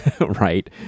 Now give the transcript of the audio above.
right